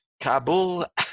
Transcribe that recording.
Kabul